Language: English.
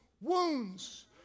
wounds